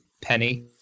Penny